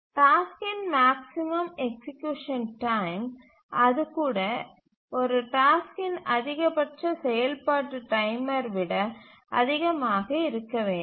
டாஸ்க்கின் maximum execution time அது கூட f ஒரு டாஸ்க்கின் அதிகபட்ச செயல்பாட்டு டைமர் விட அதிகமாக இருக்க வேண்டும்